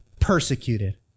persecuted